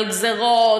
על גזירות,